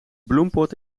bloempot